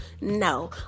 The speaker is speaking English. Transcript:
No